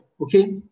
okay